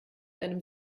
einem